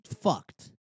fucked